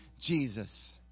Jesus